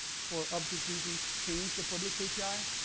for obvious reasons, change the public api,